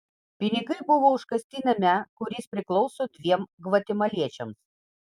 pinigai buvo užkasti name kuris priklauso dviem gvatemaliečiams